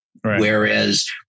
Whereas